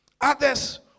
Others